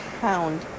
pound